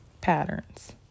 patterns